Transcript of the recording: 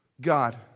God